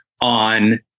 on